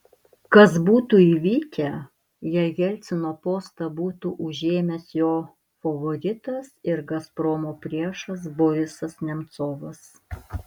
kas būtų įvykę jei jelcino postą būtų užėmęs jo favoritas ir gazpromo priešas borisas nemcovas